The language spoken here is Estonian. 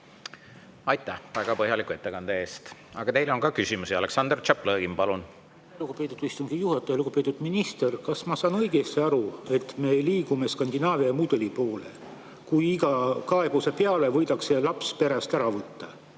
Aitäh väga põhjaliku ettekande eest! Aga teile on ka küsimusi. Aleksandr Tšaplõgin, palun! Lugupeetud istungi juhataja! Lugupeetud minister! Kas ma saan õigesti aru, et me liigume Skandinaavia mudeli poole, mille puhul iga kaebuse peale võidakse laps perest ära võtta